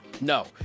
No